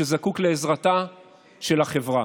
והוא זקוק לעזרתה של החברה.